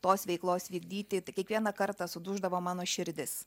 tos veiklos vykdyti kiekvieną kartą suduždavo mano širdis